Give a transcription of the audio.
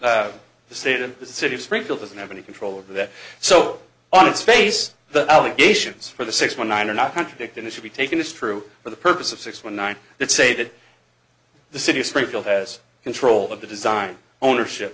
that the state of the city of springfield doesn't have any control over that so on its face the allegations for the six one nine or not contradict and it should be taken as true for the purpose of six one nine it stated the city of springfield has control of the design ownership